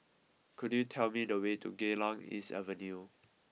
could you tell me the way to Geylang East Avenue